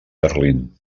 berlín